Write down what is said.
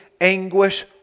anguish